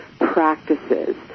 practices